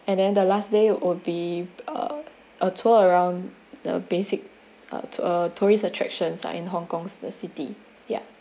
and then the last day would be uh a tour around the basic or a tourist attractions are in hong kong the city ya